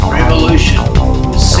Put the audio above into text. revolution